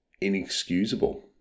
inexcusable